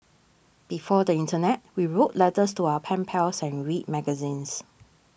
before the internet we wrote letters to our pen pals and read magazines